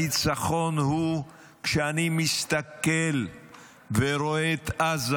הניצחון הוא שאני מסתכל ורואה את עזה,